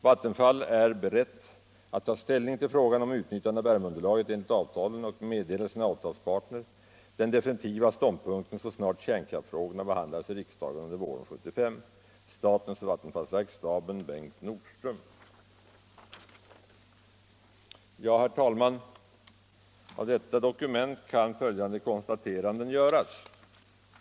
Vattenfall är berett att ta ställning till frågan om utnyttjande av värmeunderlaget enligt avtalen och meddela sina avtalspartner den definitiva ståndpunkten så snart kärnkraftfrågorna behandlats i riksdagen under våren 1975. Herr talman! Av detta dokument kan följande konstaterande göras.